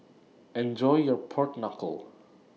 Enjoy your Pork Knuckle